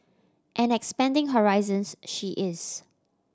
and expanding horizons she is